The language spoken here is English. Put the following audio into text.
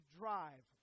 drive